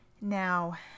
Now